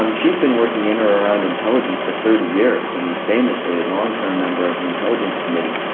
um she's been working in or around intelligence for thirty years i mean famously a long term member of the intelligence committee.